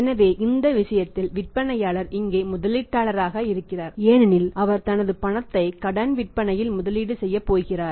எனவே இந்த விஷயத்தில் விற்பனையாளர் இங்கே முதலீட்டாளராக இருக்கிறார் ஏனெனில் அவர் தனது பணத்தை கடன் விற்பனையில் முதலீடு செய்யப் போகிறார்